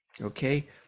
okay